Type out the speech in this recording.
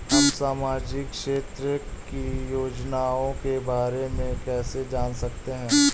हम सामाजिक क्षेत्र की योजनाओं के बारे में कैसे जान सकते हैं?